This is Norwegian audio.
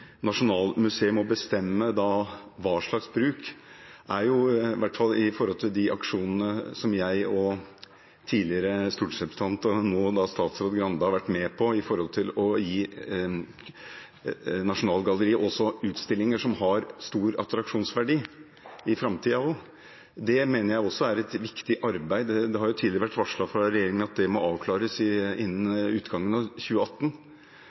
Nasjonalmuseet må bestemme bruken, er også viktig, i hvert fall med tanke på de aksjonene som jeg og tidligere stortingsrepresentant og nå statsråd Skei Grande har vært med på for å gi Nasjonalgalleriet utstillinger som har stor attraksjonsverdi i framtiden også. Det mener jeg er et viktig arbeid. Det har tidligere vært varslet fra regjeringen at det må avklares innen utgangen av 2018.